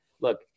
look